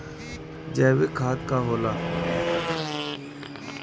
जैवीक खाद का होला?